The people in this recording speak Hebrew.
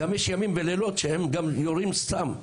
יש גם ימים ולילות שהם יורים סתם,